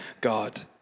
God